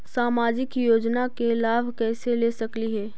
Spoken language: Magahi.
सामाजिक योजना के लाभ कैसे ले सकली हे?